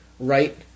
Right